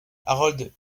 harold